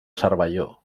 cervelló